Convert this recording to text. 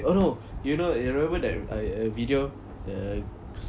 oh no you know you remember that I uh video the